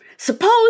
Suppose